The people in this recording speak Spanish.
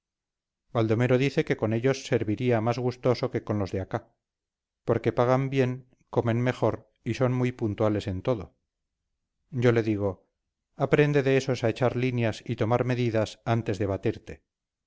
baldomero dice que con ellos serviría más gustoso que con los de acá porque pagan bien comen mejor y son muy puntuales en todo yo le digo aprende de esos a echar líneas y tomar medidas antes de batirte